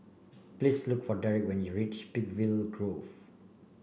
please look for Derik when you reach Peakville Grove